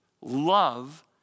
Love